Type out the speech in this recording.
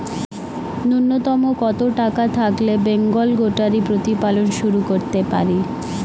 নূন্যতম কত টাকা থাকলে বেঙ্গল গোটারি প্রতিপালন শুরু করতে পারি?